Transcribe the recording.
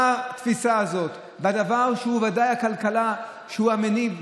בתפיסה הזאת, בדבר שהוא ודאי הכלכלה, שהוא המניב?